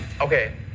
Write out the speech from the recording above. Okay